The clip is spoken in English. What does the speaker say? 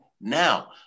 now